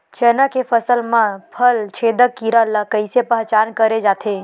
चना के फसल म फल छेदक कीरा ल कइसे पहचान करे जाथे?